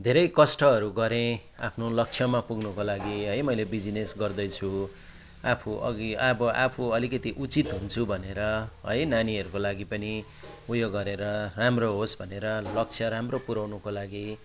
धेरै कष्टहरू गरेँ आफ्नो लक्ष्यमा पुग्नुको लागि है मैले बिजनेस गर्दैछु आफू अघि अब आफू अलिकति उचित हुन्छु भनेर है नानीहरूको लागि पनि उयो गरेर राम्रो होस् भनेर लक्ष्य राम्रो पुऱ्याउनुको लागि